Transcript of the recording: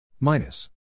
minus